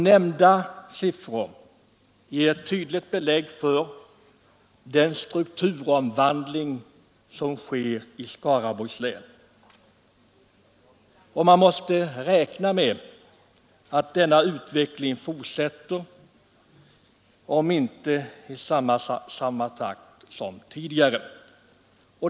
Nämnda siffror ger tydligt belägg för den strukturomvandling som sker i Skaraborgs län. Man måste räkna med att denna utveckling fortsätter, om än inte i samma takt som tidigare.